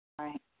Right